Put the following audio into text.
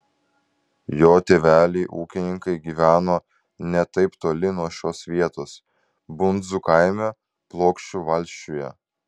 jo tėveliai ūkininkai gyveno ne taip toli nuo šios vietos bundzų kaime plokščių valsčiuje